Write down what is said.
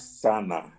sana